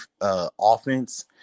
offense